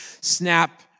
snap